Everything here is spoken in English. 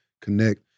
connect